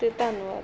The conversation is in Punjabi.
ਅਤੇ ਧੰਨਵਾਦ